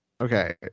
Okay